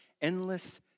endless